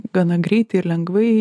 gana greitai ir lengvai